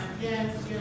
yes